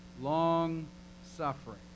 long-suffering